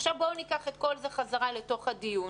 עכשיו בואו ניקח את כל זה חזרה לתוך הדיון.